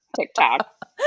TikTok